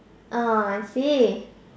ah I see